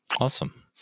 Awesome